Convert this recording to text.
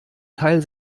teil